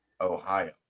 Ohio